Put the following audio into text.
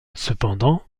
cependant